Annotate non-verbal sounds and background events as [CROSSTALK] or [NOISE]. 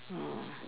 [NOISE]